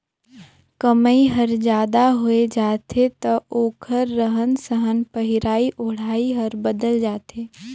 कमई हर जादा होय जाथे त ओखर रहन सहन पहिराई ओढ़ाई हर बदलत जाथे